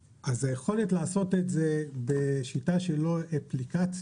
היכולת לעשות את זה בשיטה שהיא לא אפליקציה,